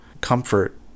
comfort